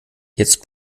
jetzt